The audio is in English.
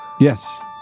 Yes